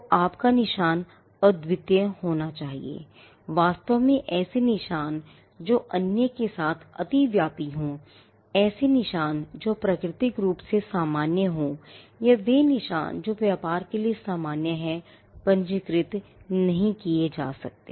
तो आपका निशान अद्वितीय होना चाहिए वास्तव में ऐसे निशान जो अन्य के साथ अतिव्यापीहो या वे निशान जो व्यापार के लिए सामान्य हैं पंजीकृत नहीं किए जा सकते